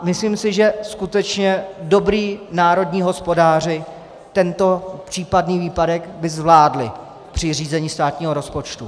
Myslím si, že by skutečně dobří národní hospodáři tento případný výpadek zvládli při řízení státního rozpočtu.